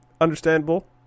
Understandable